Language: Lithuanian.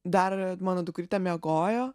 dar mano dukrytė miegojo